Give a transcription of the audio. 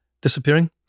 disappearing